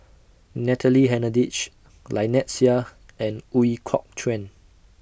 Natalie Hennedige Lynnette Seah and Ooi Kok Chuen